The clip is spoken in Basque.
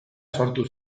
sortu